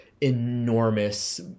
enormous